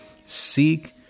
Seek